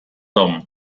tom